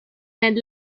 ned